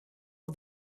are